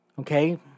okay